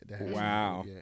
Wow